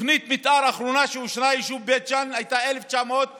תוכנית המתאר האחרונה שאושרה ליישוב בית ג'ן הייתה ב-1997,